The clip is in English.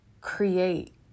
create